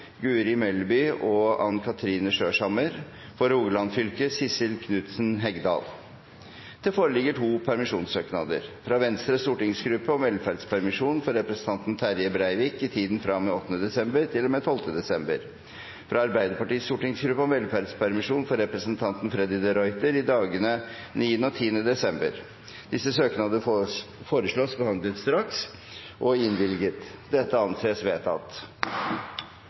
Guri Melby og Ann Kathrine Skjørshammer For Rogaland fylke: Sissel Knutsen Hegdal Det foreligger to permisjonssøknader: fra Venstres stortingsgruppe om velferdspermisjon for representanten Terje Breivik i tiden fra og med 8. desember til og med 12. desember fra Arbeiderpartiets stortingsgruppe om velferdspermisjon for representanten Freddy de Ruiter i dagene 9. og 10. desember Etter forslag fra presidenten ble enstemmig besluttet: Søknadene behandles straks og